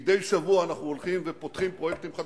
מדי שבוע אנחנו הולכים ופותחים פרויקטים חדשים,